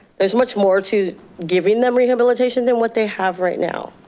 there's much more to giving them rehabilitation than what they have right now.